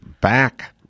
back